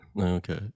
Okay